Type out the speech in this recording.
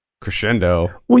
crescendo